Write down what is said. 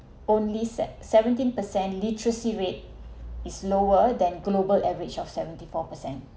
only seventeen percent literacy rate is lower than global average of seventy four percent